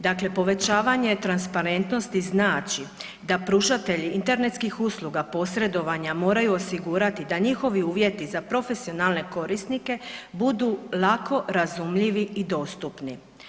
Dakle, povećavanje transparentnosti znači da pružatelji internetskih usluga posredovanja moraju osigurati da njihovi uvjeti za profesionalne korisnike budu lako razumljivi i dostupni.